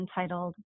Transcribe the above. entitled